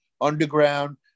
underground